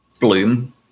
bloom